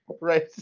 Right